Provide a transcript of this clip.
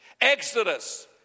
Exodus